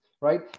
right